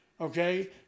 Okay